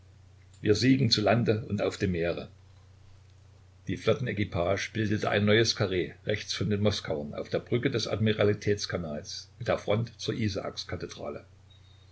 wir siegen zu lande und auf dem meere die flottenequipage bildete ein neues karree rechts von den moskauern auf der brücke des admiralitätskanals mit der front zur isaakskathedrale